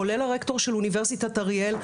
כולל הרקטור של אוניברסיטת אריאל,